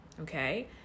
Okay